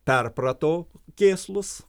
perprato kėslus